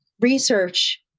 research